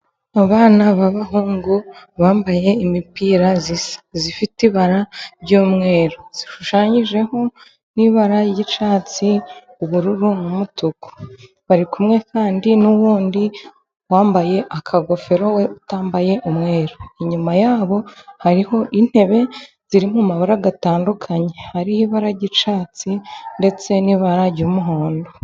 Abana b'abahungu bambaye imipira ifite ibara ry'umweru ishushanyijeho n'ibara ry'icyatsi, ubururu n'umutuku bari kumwe kandi n'uwundi wambaye akagofero we utambaye umweru, inyuma yabo hariho intebe ziriri mu mabara atandukanye, hari ibara ry'icyatsi ndetse n'ibara ry'umuhondo.